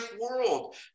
world